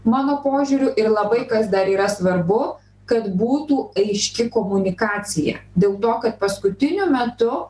mano požiūriu ir labai kas dar yra svarbu kad būtų aiški komunikacija dėl to kad paskutiniu metu